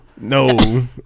No